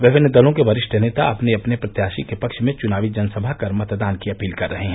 विभिन्न दलों के वरिष्ठ नेता अपने अपने प्रत्याशी के पक्ष में चुनावी जनसभा कर मतदान की अपील कर रहे हैं